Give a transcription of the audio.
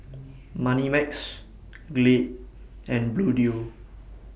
Moneymax Glade and Bluedio